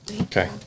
Okay